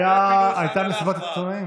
הייתה מסיבת עיתונאים